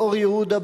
באור-יהודה,